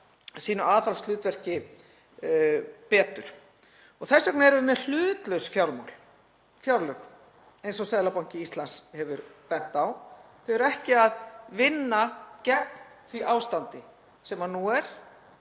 sínu aðhaldshlutverki betur. Þess vegna erum við með hlutlaus fjárlög eins og Seðlabanki Íslands hefur bent á. Þau eru ekki að vinna gegn því ástandi sem nú er;